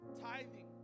tithing